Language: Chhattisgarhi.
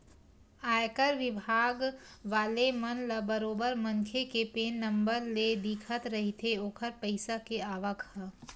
आयकर बिभाग वाले मन ल बरोबर मनखे के पेन नंबर ले दिखत रहिथे ओखर पइसा के आवक ह